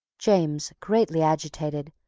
james, greatly agitated,